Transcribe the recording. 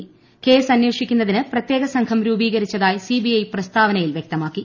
clays അന്വേഷിക്കുന്നതിന് പ്രത്യേക സംഘം രൂപീകരിച്ചതായി സിബിഐ പ്രസ്താവനയിൽ വ്യക്തമാക്കി